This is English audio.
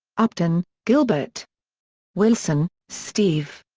upton, gilbert wilson, steve.